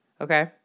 Okay